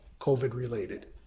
COVID-related